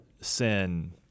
sin—